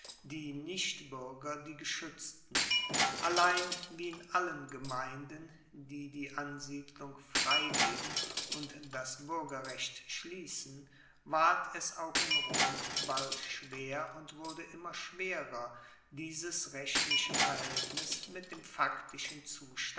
die nichtbuerger die geschuetzten allein wie in allen gemeinden die die ansiedlung freigeben und das buergerrecht schliessen ward es auch in rom bald schwer und wurde immer schwerer dieses rechtliche verhaeltnis mit dem faktischen